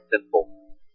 simple